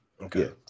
Okay